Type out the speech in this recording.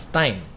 time